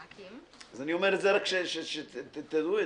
גברתי,